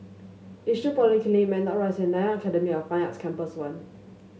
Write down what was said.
Yishun Polyclinic Matlock Rise and Nanyang Academy of Fine Arts Campus One